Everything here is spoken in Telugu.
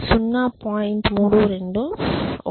4 0